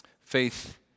faith